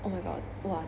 oh my god !wah!